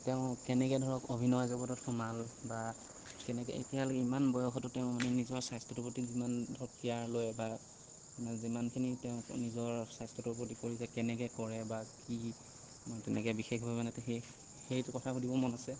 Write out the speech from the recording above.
তেওঁ কেনেকৈ ধৰক অভিনয় জগতত সোমাল বা কেনেকৈ এতিয়ালেকে ইমান বয়সতো তেওঁ মানে নিজৰ স্বাস্থ্যটো প্ৰতি যিমান ধৰক কেয়াৰ লয় বা যিমানখিনি তেওঁ নিজৰ স্বাস্থ্যটোৰ প্ৰতি কৰিছে কেনেকৈ কৰে বা কি তেনেকৈ বিশেষভাৱে মানে সেই সেইটো কথা সুধিব মন আছে